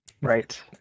Right